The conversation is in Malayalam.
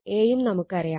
A യും നമുക്കറിയാം